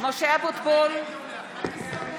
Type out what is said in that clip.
(קוראת בשמות